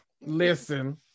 listen